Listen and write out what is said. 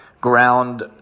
ground